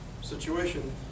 situation